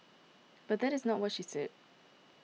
but that is not what she said